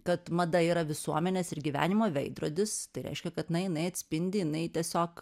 kad mada yra visuomenės ir gyvenimo veidrodis tai reiškia kad na jinai atspindi jinai tiesiog